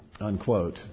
unquote